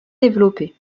développées